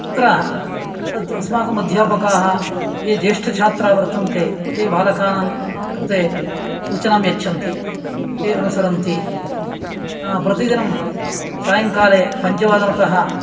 तत्र अस्माकम् अध्यापकाः ये ज्येष्ठछात्राः वर्तन्ते ते बालकानाङ्कृते सूचनां यच्छन्ति ते अनुसरन्ति प्रतिदिनं सायङ्काले पञ्चवादनतः